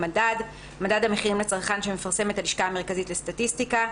"מדד" מדד המחירים לצרכן שמפרסמת הלשכה המרכזית לסטטיסטיקה,